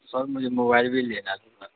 سر مجھے موبائل بھی لینا تھا